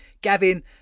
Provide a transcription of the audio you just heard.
Gavin